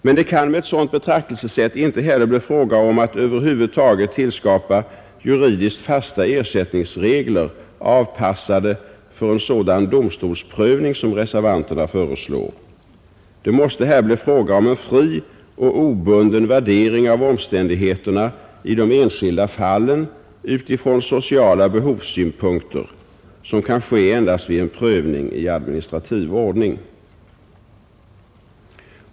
Men det kan med ett sådant betraktelsesätt inte heller bli fråga om att över huvud taget tillskapa juridiskt fasta ersättningsregler, avpassade för en sådan domstolsprövning som reservanterna föreslår. Det måste här bli fråga om en fri och obunden värdering av omständigheterna i de enskilda fallen utifrån sociala behovssynpunkter vilken kan ske endast vid en prövning i administrativ ordning.